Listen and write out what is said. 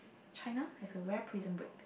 China has a rare Prison Break